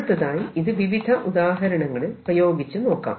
അടുത്തതായി ഇത് വിവിധ ഉദാഹരണങ്ങളിൽ പ്രയോഗിച്ചു നോക്കാം